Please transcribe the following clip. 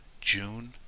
June